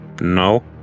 No